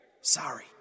Sorry